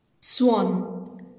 Swan